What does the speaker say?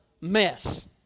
mess